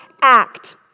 act